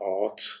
art